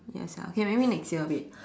ya sia okay maybe next year babe